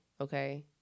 Okay